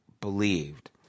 believed